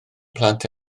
plant